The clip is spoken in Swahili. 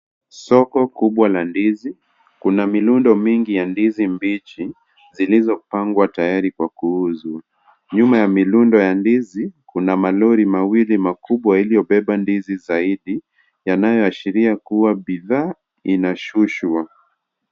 Soko kubwa la ndizi. Kuna milundo mingi ya ndizi mbichi zilizopangwa, tayari kwa kuuzwa. Nyuma ya milundo ya ndizi, kuna malori mawili makubwa mawili yaliyobeba ndizi zaidi, yanayoashiria kuwa bidhaa zinashushwa.